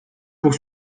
pour